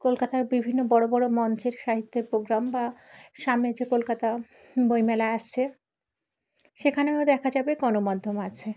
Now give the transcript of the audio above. কলকাতার বিভিন্ন বড় বড় মঞ্চের সাহিত্যের প্রোগ্রাম বা সামনে যে কলকাতা বইমেলা আসছে সেখানেও দেখা যাবে গণমাধ্যম আছে